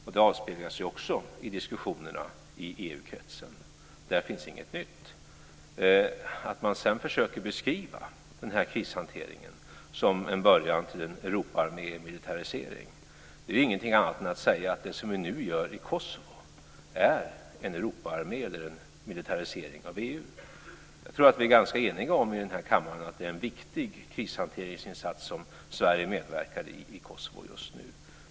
Det avspeglas ju också i diskussionerna i EU-kretsen. Där finns inget nytt. Att sedan försöka att beskriva denna krishantering som en början till en Europaarmé och militarisering är ingenting annat än att säga att det som vi nu gör i Kosovo är en Europaarmé eller en militarisering av EU. Jag tror att vi är ganska eniga i denna kammare om att det är en viktig krishanteringsinsats som Sverige medverkar i i Kosovo just nu.